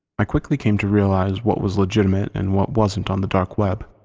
i quickly came to realize what was legitimate and what wasn't on the dark web.